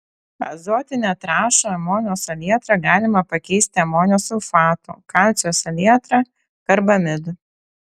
azotinę trąšą amonio salietrą galima pakeisti amonio sulfatu kalcio salietra karbamidu